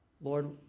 Lord